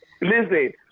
Listen